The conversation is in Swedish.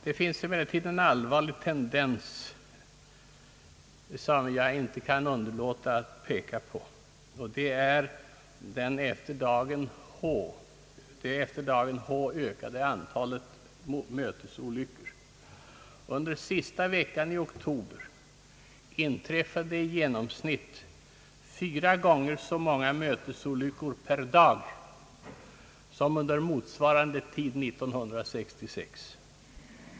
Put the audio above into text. Det finns emellertid en allvarlig tendens, som jag inte kan underlåta att peka på, och det är det efter dagen H ökade antalet mötesolyckor. Under den sista veckan i oktober inträffade i genomsnitt fyra gånger så många mötesolyckor per dag som motsvarande tid 1966.